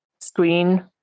screen